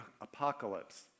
Apocalypse